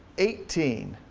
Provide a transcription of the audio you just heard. eighteen,